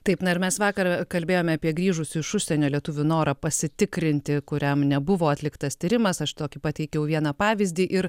taip na ir mes vakar kalbėjome apie grįžusių iš užsienio lietuvių norą pasitikrinti kuriam nebuvo atliktas tyrimas aš tokį pateikiau vieną pavyzdį ir